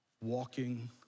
Walking